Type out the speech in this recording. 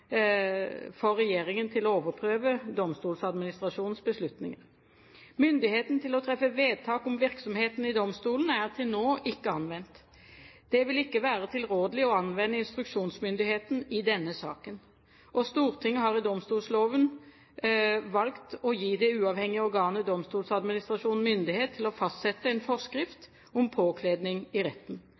for regjeringen til å overprøve Domstoladministrasjonens beslutninger. Myndigheten til å treffe vedtak om virksomheten i domstolene er til nå ikke anvendt. Det vil ikke være tilrådelig å anvende instruksjonsmyndigheten i denne saken. Stortinget har i domstolloven valgt å gi det uavhengige organet Domstoladministrasjonen myndighet til å fastsette en forskrift om påkledning i retten.